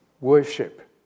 worship